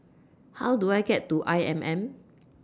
How Do I get to I M M